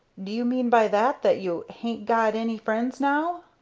do you mean by that that you hain't got any friends now?